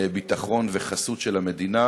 ביטחון וחסות של המדינה?